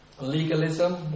Legalism